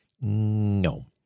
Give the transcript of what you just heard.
No